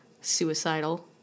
suicidal